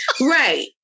Right